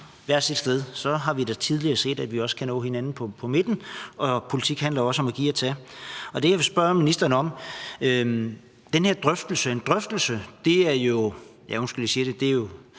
hvert sit sted, har vi da tidligere set, at man kan nå hinanden på midten; politik handler jo også om at give og tage. Det, jeg vil spørge ministeren om, er i forhold til den her